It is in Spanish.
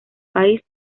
país